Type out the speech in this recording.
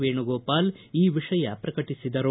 ವೇಣುಗೋಪಾಲ ಈ ವಿಷಯ ಪ್ರಕಟಿಸಿದರು